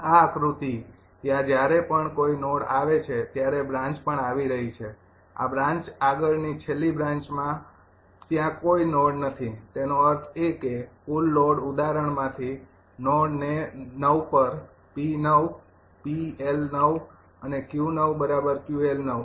આ આકૃતિ ત્યાં જ્યારે પણ કોઈ નોડ આવે છે ત્યારે બ્રાન્ચ પણ આવી રહી છે આ બ્રાન્ચ આગળ ની છેલ્લી બ્રાન્ચમાં ત્યાં કોઈ નોડ નથી તેનો અર્થ એ કે કુલ લોડ ઉદાહરણ માંથી નોડ ૯ પર 𝑃૯ 𝑃𝐿 ૯ અને 𝑄 ૯𝑄𝐿૯